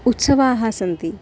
उत्सवाः सन्ति